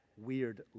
weird